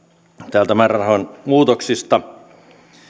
täältä määrärahojen muutoksista